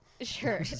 Sure